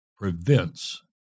prevents